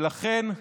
ולכן,